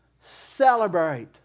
celebrate